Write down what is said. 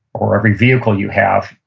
or every vehicle you have,